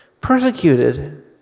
Persecuted